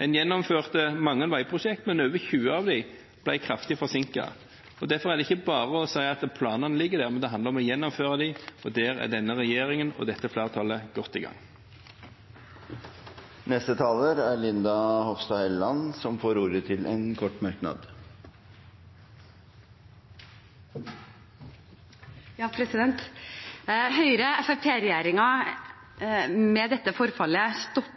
En gjennomførte mange veiprosjekter, men over 20 av dem ble kraftig forsinket, og derfor er det ikke bare å si at planene ligger der, men det handler om å gjennomføre dem. Der er denne regjeringen og dette flertallet godt i gang. Representanten Linda C. Hofstad Helleland har hatt ordet to ganger tidligere og får ordet til en kort merknad, begrenset til 1 minutt. Høyre–Fremskrittsparti-regjeringen stopper forfallet med dette